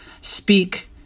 speak